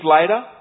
later